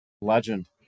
Legend